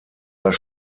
das